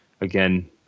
again